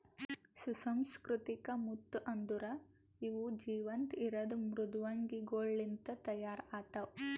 ಸುಸಂಸ್ಕೃತಿಕ ಮುತ್ತು ಅಂದುರ್ ಇವು ಜೀವಂತ ಇರದ್ ಮೃದ್ವಂಗಿಗೊಳ್ ಲಿಂತ್ ತೈಯಾರ್ ಆತ್ತವ